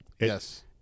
yes